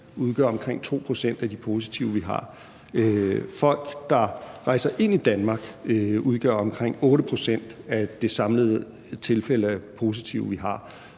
udgør omkring 2 pct. af de positive, og at folk, der rejser ind i Danmark, udgør omkring 8 pct. af de samlede tilfælde af positive, vi har.